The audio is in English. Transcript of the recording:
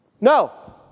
No